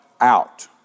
out